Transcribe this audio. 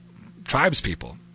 tribespeople